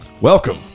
Welcome